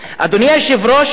אדוני היושב-ראש,